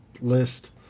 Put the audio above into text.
list